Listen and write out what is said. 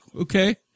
Okay